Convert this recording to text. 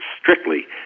strictly